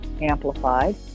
Amplified